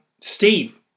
Steve